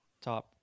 top